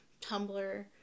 Tumblr